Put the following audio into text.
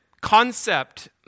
concept